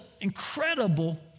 incredible